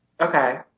Okay